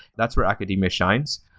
that's where academia shines.